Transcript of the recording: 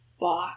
Fuck